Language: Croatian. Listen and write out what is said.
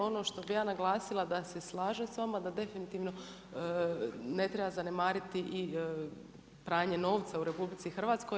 Ono što bih ja naglasila da se slažem s vama da definitivno ne treba zanemariti i pranje novca u RH.